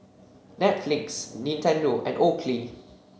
Netflix Nintendo and Oakley